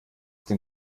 denn